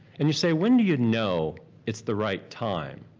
and you say when do you know it's the right time.